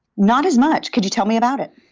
not as much. could you tell me about it?